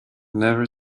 never